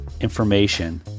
information